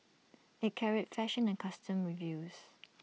IT carried fashion and costume reviews